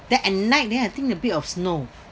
then at night then I think a bit of snow